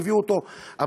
והביאו אותו הביתה